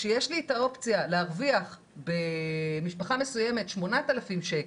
שיש לי את האופציה להרוויח במשפחה מסוימת 8 אלף ₪